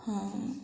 ହଁ